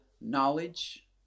knowledge